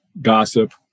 gossip